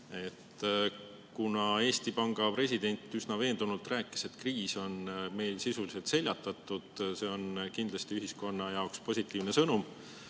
Eesti Panga president üsna veendunult rääkis, et kriis on meil sisuliselt seljatatud, ja see on kindlasti ühiskonna jaoks positiivne sõnum.